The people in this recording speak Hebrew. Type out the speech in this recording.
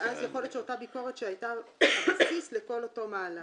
ואז יכול להיות שאותה ביקורת שהייתה הבסיס לאותו מהלך,